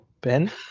Ben